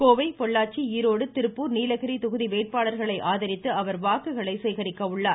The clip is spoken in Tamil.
கோவை பொள்ளாச்சி ஈரோடு திருப்பூர் நீலகிரி தொகுதி வேட்பாளர்களை ஆதரித்து அவர் வாக்குகளை சேகரிக்க உள்ளார்